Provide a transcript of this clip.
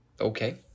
Okay